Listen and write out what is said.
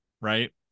right